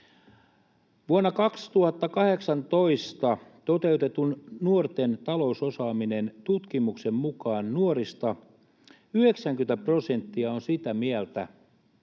Vuonna 2018 toteutetun Nuorten talousosaaminen ‑tutkimuksen mukaan nuorista 90 prosenttia on sitä mieltä,